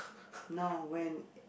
no when